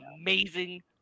amazing